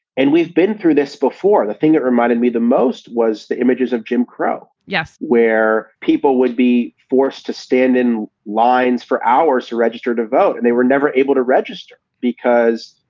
and we've been through this before. the thing that reminded me the most was the images of jim crow. yes. where people would be forced to stand in lines for hours to register to vote. and they were never able to register because,